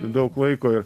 daug laiko ir